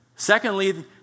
Secondly